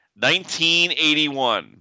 1981